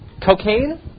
Cocaine